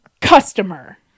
customer